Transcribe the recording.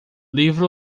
livro